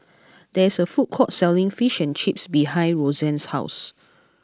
there is a food court selling Fish and Chips behind Roxann's house